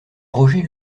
roger